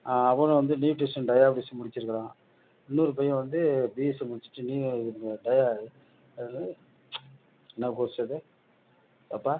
அவனும் வந்து nutrition diabetes முடிச்சிருக்கிறான் இன்னொரு பையன் வந்து பிஎஸ்சி முடிச்சுட்டு நியூ என்னது என்ன கோர்ஸ் அது ஏம்பா